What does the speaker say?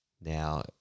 Now